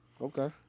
Okay